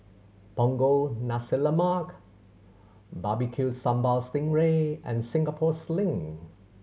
Punggol Nasi Lemak Barbecue Sambal sting ray and Singapore Sling